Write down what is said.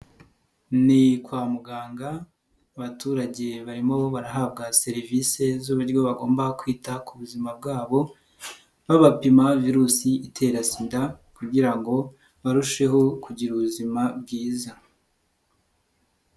Ni kwa muganga abaturage barimo barahabwa serivisi z'uburyo bagomba kwita ku buzima bwabo, babapima virusi itera Sida kugira ngo barusheho kugira ubuzima bwiza.